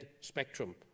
spectrum